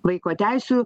vaiko teisių